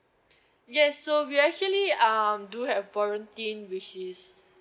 yes so we actually um do have warranty which is